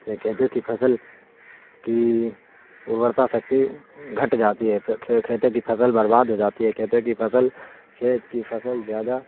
سے کھیتوں کی فصل کی ارورتا شکتی گھٹ جاتی ہے کھیتوں کی فصل برباد ہو جاتی ہے کھیتوں کی فصل کھیت کی فصل زیادہ